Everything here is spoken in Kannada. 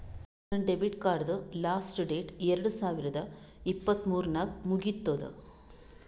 ನಂದ್ ಡೆಬಿಟ್ ಕಾರ್ಡ್ದು ಲಾಸ್ಟ್ ಡೇಟ್ ಎರಡು ಸಾವಿರದ ಇಪ್ಪತ್ ಮೂರ್ ನಾಗ್ ಮುಗಿತ್ತುದ್